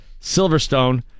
Silverstone